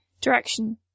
direction